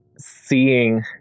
seeing